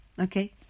Okay